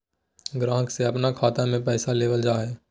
ग्राहक से अपन खाता में पैसा लेबल जा हइ